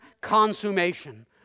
consummation